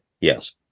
Yes